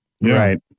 right